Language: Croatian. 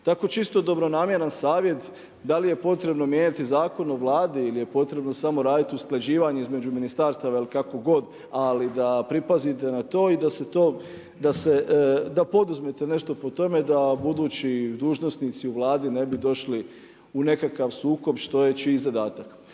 Tako čisto dobronamjeran savjet da li je potrebno mijenjati zakon u Vladi ili je potrebno samo raditi usklađivanje između ministarstva ili kako god ali da pripazite na to i da poduzmete nešto po tome da budući dužnosnici u Vladi ne bi došli u nekakav sukob što je čiji zadatak.